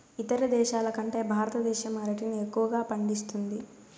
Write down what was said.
ఇతర దేశాల కంటే భారతదేశం అరటిని ఎక్కువగా పండిస్తుంది